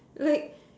like